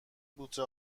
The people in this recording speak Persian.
بوته